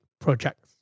projects